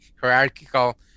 hierarchical